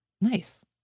Nice